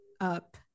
up